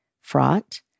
fraught